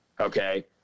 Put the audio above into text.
Okay